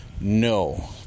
No